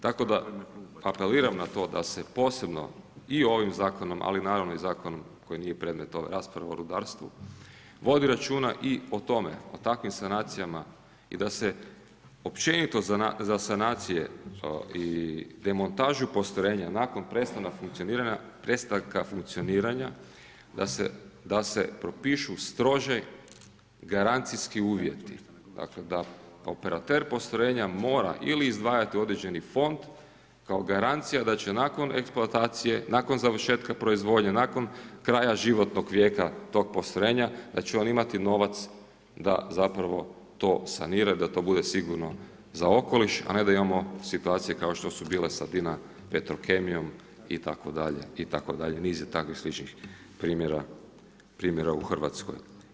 Tako da apeliram na to da se posebno i ovim zakonom ali naravno i zakon koji nije predmet ove rasprave o rudarstvu, vodi računa, o takvim sanacijama i da se općenito za sanacije i demontažu postrojenja nakon prestanka funkcioniranja da se propišu stroži garancijski uvjeti, dakle da operater postrojenja mora ili izdvajati u određeni fond kao garancija da će nakon eksploatacije, nakon završetka proizvodnje, nakon kraja životnog vijeka tog postrojenja, da će on imati novac da zapravo to sanira, da to bude sigurno za okoliš a ne da imamo situacije kao što su bile sad INA, Petrokemija itd. itd., niz je takvih sličnih primjera u Hrvatskoj.